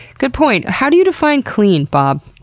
good point! how do you define clean, bob?